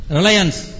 Reliance